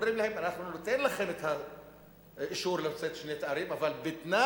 אומרים להם: אנחנו ניתן לכם את האישור להוציא שני תארים אבל בתנאי